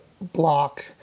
block